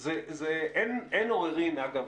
אגב,